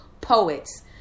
poets